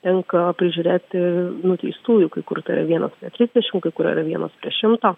tenka prižiūrėti nuteistųjų kai kur tai vienas prie trisdešim kai kur yra vienas prie šimto